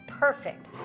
Perfect